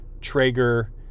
Traeger